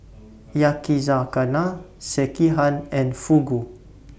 Yakizakana Sekihan and Fugu